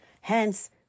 hence